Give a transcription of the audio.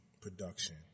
production